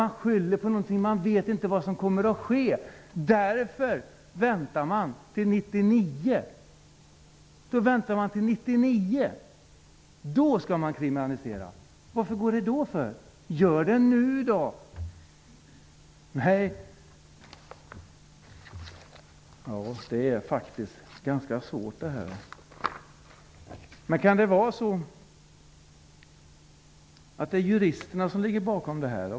Man skyller på att man inte vet vad som kommer att ske. Därför väntar man till 1999. Då skall man kriminalisera. Varför går det då? Gör det nu! Ja, det är faktiskt ganska svårt det här. Men kan det vara juristerna som ligger bakom detta?